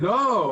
לא.